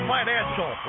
Financial